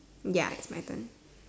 ya it's my turn